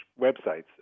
websites